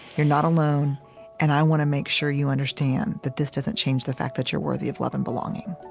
you're not alone and i want to make sure you understand that this doesn't change the fact that you're worthy of love and belonging